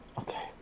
okay